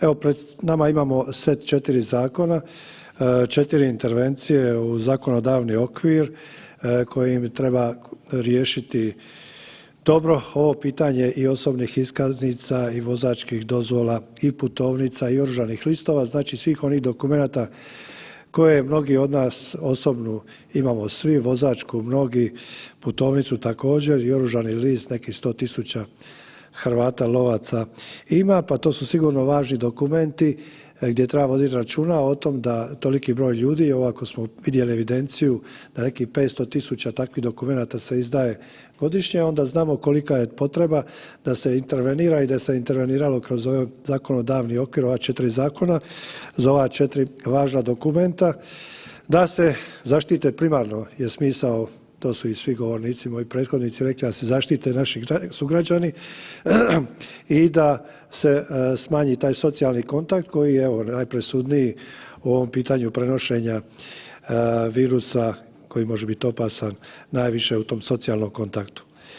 Evo pred nama je set od 4 zakona, 4 intervencije u zakonodavni okvir kojim treba riješiti dobro ovo pitanje i osobnih iskaznica i vozačkih dozvola i putovnica i oružanih listova znači svih onih dokumenata koje mnogi od nas osobnu imamo svi, vozačku mnogi, putovnicu također i oružani list nekih 100.000 Hrvata lovaca ima, pa to su sigurno važni dokumenti gdje treba voditi računa o tom da toliki broj ljudi i evo ako smo vidjeli evidenciju da nekih 500.000 takvih dokumenata se izdaje godišnje onda znamo kolika je potreba da se intervenira i da se interveniralo kroz ovaj zakonodavni okvir ova 4 zakona za ova 4 važna dokumenta da se zaštite primarno je smisao, to su i svi govornici moji prethodnici rekli da se zaštite naši sugrađani i da se smanji taj socijalni kontakt koji je evo najpresudniji u ovom pitanju prenošenja virusa koji može biti opasan najviše u tom socijalnom kontaktu.